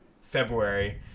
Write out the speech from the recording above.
February